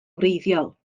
wreiddiol